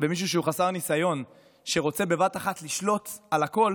ומישהו חסר ניסיון שרוצה בבת אחת לשלוט על הכול